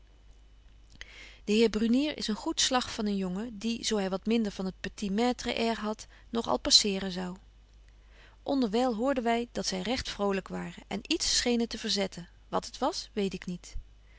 de heer brunier is een goed slag van een jongen die zo hy wat minder van het petit maitres air hadt nog al passeeren zou onderwyl hoorden wy dat zy recht vrolyk waren en iets schenen te verzetten wat het was weet ik niet